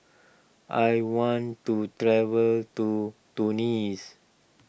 I want to travel to Tunis